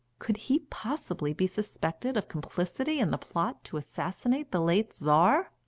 could he possibly be suspected of complicity in the plot to assassinate the late czar?